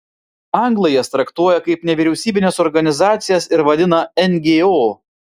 anglai jas traktuoja kaip nevyriausybines organizacijas ir vadina ngo